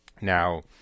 Now